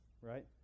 right